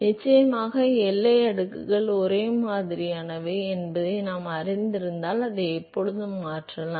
நிச்சயமாக எல்லை அடுக்குகள் ஒரே மாதிரியானவை என்பதை நாம் அறிந்திருப்பதால் அதை எப்போதும் மாற்றலாம்